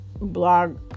blog